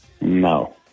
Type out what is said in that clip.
No